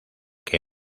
que